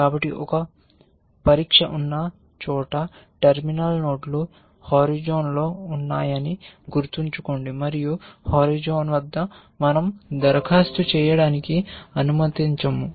కాబట్టి ఒక పరీక్ష ఉన్న చోట టెర్మినల్ నోడ్లు హోరిజోన్లో ఉన్నాయని గుర్తుంచుకోండి మరియు హోరిజోన్ వద్ద మన০ దరఖాస్తు చేయడానికి అనుమతించాము